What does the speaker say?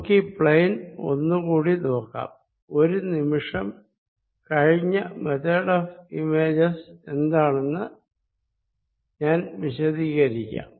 നമുക്കീ പ്ലെയ്ൻ ഒന്ന് കൂടി നോക്കാം ഒരു നിമിഷം കഴിഞ്ഞ മെത്തേഡ് ഓഫ് ഇമേജസ് എന്താണെന്ന് ഞാൻ വിശദീകരിക്കാം